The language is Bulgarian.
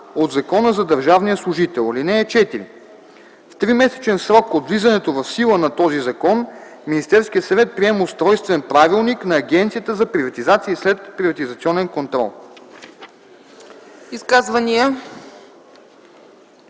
от Закона за държавния служител. (4) В тримесечен срок от влизането в сила на този закон Министерският съвет приема устройствен правилник на Агенцията за приватизация и следприватизационен контрол.”